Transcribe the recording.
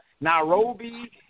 Nairobi